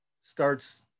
starts